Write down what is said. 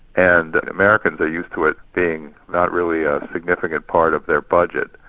and americans are used to it being not really a significant part of their budget.